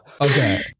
Okay